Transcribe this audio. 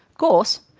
course,